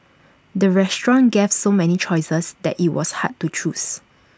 the restaurant gave so many choices that IT was hard to choose